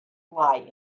lie